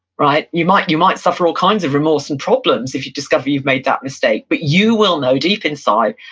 right? you might you might suffer all kinds of remorse and problems if you discover you've made that mistake, but you will know, deep inside,